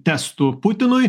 testų putinui